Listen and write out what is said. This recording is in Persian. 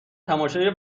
تماشای